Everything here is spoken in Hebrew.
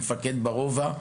מפקד הרובע,